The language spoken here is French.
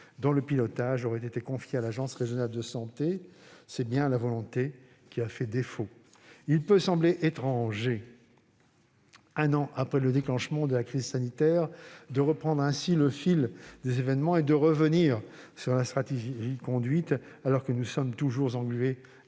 dont le pilotage aurait été confié à l'agence régionale de santé. C'est bien la volonté qui a fait défaut. Il peut sembler étrange, un an après le déclenchement de la crise sanitaire, de reprendre ainsi le fil des événements et de revenir sur la stratégie adoptée, alors que nous sommes toujours englués